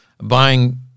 buying